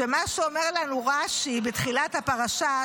שמה שאומר לנו רש"י בתחילת הפרשה,